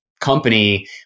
company